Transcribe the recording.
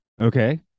Okay